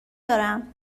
دارم